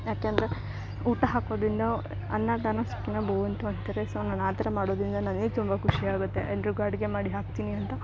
ಯಾಕಂದ್ರೆ ಊಟ ಹಾಕೋದ್ರಿಂದ ಅನ್ನದಾನೊ ಸುಖಿನೊ ಭವಂತು ಅಂತಾರೆ ಸೊ ನಾನು ಆ ಥರ ಮಾಡೋದ್ರಿಂದ ನನಗ್ ತುಂಬ ಖುಷಿ ಆಗುತ್ತೆ ಎಲ್ಲರಿಗು ಅಡಿಗೆ ಮಾಡಿ ಹಾಕ್ತೀನಿ ಅಂತ